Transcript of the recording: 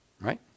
right